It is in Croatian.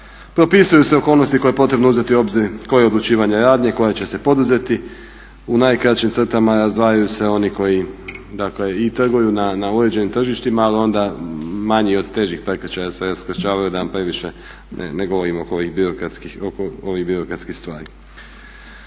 Propisuju se okolnosti koje je potrebno uzeti u obzir koje odlučivanje koja će se poduzeti. U najkraćim crtama razdvajaju se oni koji dakle i trguju na uređenim tržištima, ali onda manji od težih prekršaja … da vam previše ne govorim oko ovih birokratskih stvari.